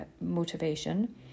motivation